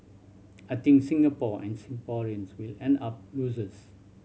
I think Singapore and Singaporeans will end up losers